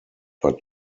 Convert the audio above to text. but